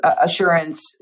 assurance